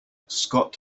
scott